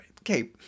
Okay